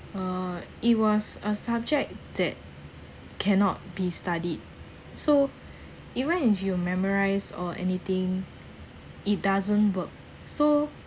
uh it was ah subject that cannot be studied so even if you memorise or anything it doesn't work so